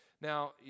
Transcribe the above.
Now